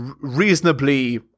reasonably